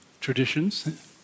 traditions